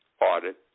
audit